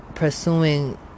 pursuing